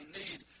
need